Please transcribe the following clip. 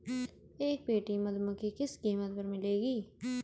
एक पेटी मधुमक्खी किस कीमत पर मिलेगी?